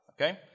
Okay